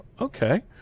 Okay